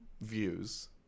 views